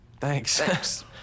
Thanks